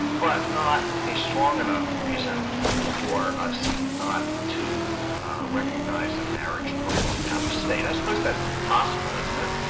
but not a strong enough reason for us not to recognize a marriage performed out of state. i suppose that's possible, isn't it?